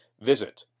Visit